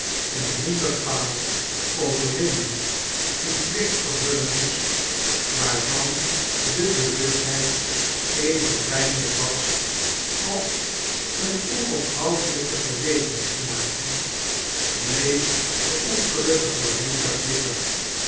een hinderpaal overwinnen een plicht vervullen moest waarvan de bewustheid even pijnlijk was als eene onophoudelijke gewetensknaging bleef de ongelukkige richard liggen